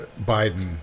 Biden